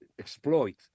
exploit